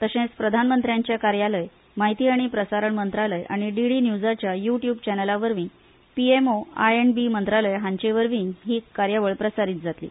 तशेच प्रधानमंत्र्यांचे कार्यालय म्हायती आनी प्रसारण मंत्रालय आनी डीडी न्युजाच्या युट्युब चॅनलावरवी P M O I and B मंत्रालय हाचेवरवीय ही कार्यावळ प्रसारित जातली